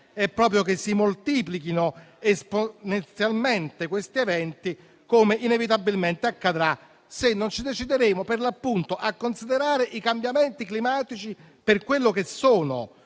è proprio che si moltiplichino esponenzialmente questi eventi, come inevitabilmente accadrà se non ci decideremo a considerare i cambiamenti climatici per quello che sono,